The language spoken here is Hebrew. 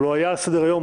אבל הוא היה על סדר-היום,